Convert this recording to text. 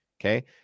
Okay